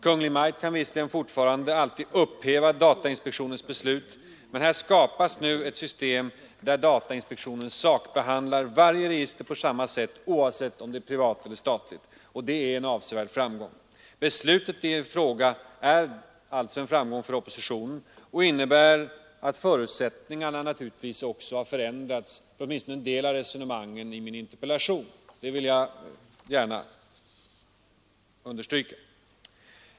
Kungl. Maj:t kan visserligen fortfarande alltid upphäva datainspektionens beslut, men här skapas nu i alla fall ett system där datainspektionen sakbehandlar varje register på samma sätt — oavsett om det är privat eller statligt — och det är en avsevärd framgång. Beslutet i fråga är alltså en framgång för oppositionen och innebär naturligtvis att förutsättningarna för åtminstone en del av resonemanget i min interpellation också har förändrats. Det vill jag gärna understryka.